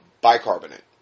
bicarbonate